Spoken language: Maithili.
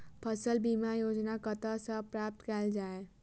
फसल बीमा योजना कतह सऽ प्राप्त कैल जाए?